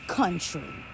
country